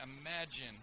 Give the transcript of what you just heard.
imagine